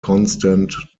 constant